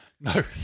No